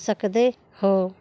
ਸਕਦੇ ਹੋ